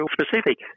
Specific